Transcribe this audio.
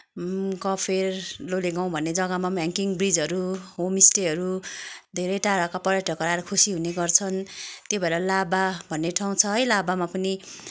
कफेर लोलेगाउँ भन्ने जग्गामा हेङ्गिङ ब्रिजहरू होमस्टेहरू धेरै टाढाका पर्यटकहरू आएर खुसी हुने गर्छन् त्यही भएर लाभा भन्ने ठाउँ छ है लाभामा पनि